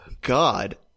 God